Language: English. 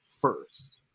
first